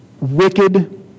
wicked